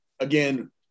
again